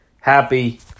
happy